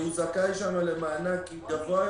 והוא זכאי שם למענק גבוה יותר,